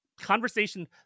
conversation